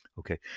Okay